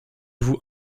vous